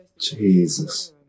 Jesus